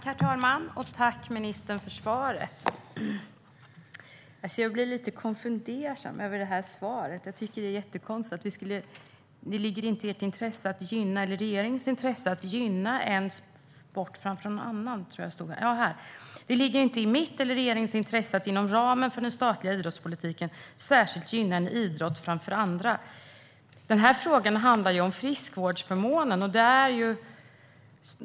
Herr talman! Tack för svaret, ministern! Jag blir lite fundersam över svaret. Det låter jättekonstigt att det inte skulle ligga i ministerns eller "regeringens intresse att inom ramen för den statliga idrottspolitiken särskilt gynna en idrott framför andra". Frågan handlar om friskvårdsförmånen.